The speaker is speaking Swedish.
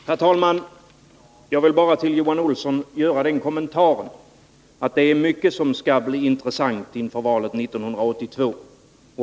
Herr talman! Jag vill bara till Johan Olsson göra den kommentaren att det är mycket som skall bli intressant inför valet 1982.